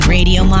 Radio